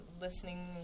listening